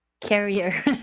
carrier